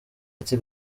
ati